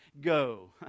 go